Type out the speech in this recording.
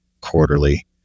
quarterly